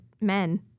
men